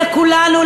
לכולנו,